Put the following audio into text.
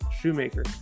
Shoemaker